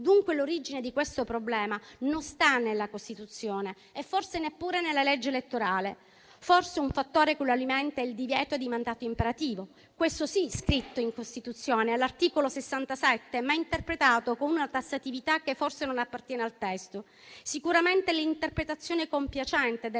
Dunque l'origine di questo problema non sta nella Costituzione e forse neppure nella legge elettorale. Forse un fattore che lo alimenta è il divieto di mandato imperativo; questo, sì, scritto in Costituzione all'articolo 67, ma interpretato con una tassatività che forse non appartiene al testo. Sicuramente l'interpretazione compiacente delle